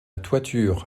toiture